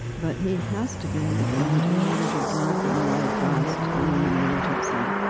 but he has to be in the front in order to drive them away fast in an emergency.